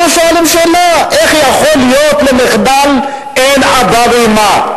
אנחנו שואלים שאלה: איך יכול להיות שלמחדל אין אבא ואמא?